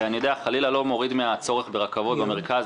אני חלילה לא מוריד מהצורך ברכבות במרכז,